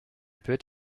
peut